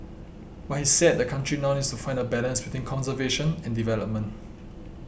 but he said the country now needs to find a balance between conservation and development